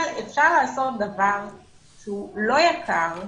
אבל אפשר לעשות דבר שהוא לא יקר,